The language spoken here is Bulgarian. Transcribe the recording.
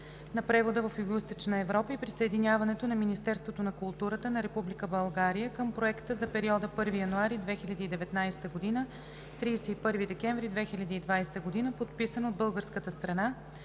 на превода в Югоизточна Европа и присъединяването на Министерството на културата на Република България към проекта за периода 1 януари 2019 г. – 31 декември 2020 г., подписан от българската страна